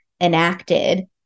enacted